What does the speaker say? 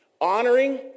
Honoring